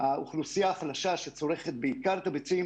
האוכלוסייה החלשה שצורכת בעיקר את הביצים